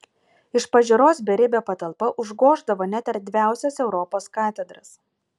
iš pažiūros beribė patalpa užgoždavo net erdviausias europos katedras